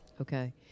Okay